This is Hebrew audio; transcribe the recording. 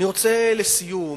לסיום